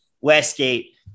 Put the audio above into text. Westgate